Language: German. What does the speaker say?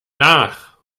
nach